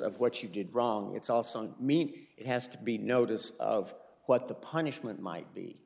of what you did wrong it's also on meaning it has to be notice of what the punishment might be